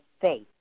faith